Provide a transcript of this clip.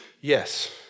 Yes